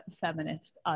feminist